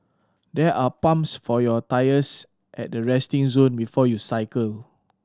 there are pumps for your tyres at the resting zone before you cycle